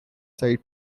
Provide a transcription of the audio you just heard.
side